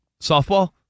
softball